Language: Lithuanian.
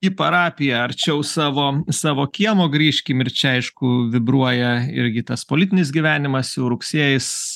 į parapiją arčiau savo savo kiemo grįžkim ir čia aišku vibruoja irgi tas politinis gyvenimas jau rugsėjis